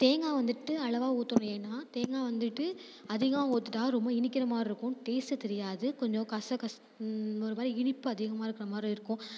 தேங்காய் வந்துட்டு அளவாக ஊற்றணும் ஏன்னால் தேங்காய் வந்துட்டு அதிகமாக ஊற்றிட்டா ரொம்ப இனிக்கிற மாதிரி இருக்கும் டேஸ்டு தெரியாது கொஞ்சம் கசகச ஒரு மாதிரி இனிப்பு அதிகமாக இருக்கிற மாதிரி இருக்கும்